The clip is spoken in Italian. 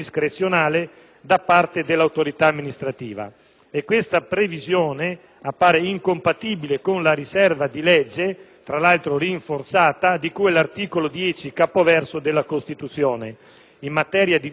Tale previsione appare incompatibile con la riserva di legge (peraltro rinforzata) di cui all'articolo 10, capoverso, della Costituzione, in materia di disciplina della condizione giuridica dello straniero.